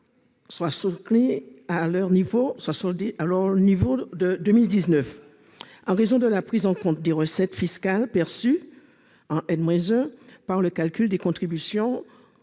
soient soldées à leur niveau de 2019. En raison de la prise en compte des recettes fiscales perçues en année-1 pour le calcul des contributions